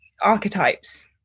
archetypes